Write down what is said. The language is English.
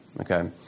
Okay